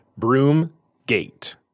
Broomgate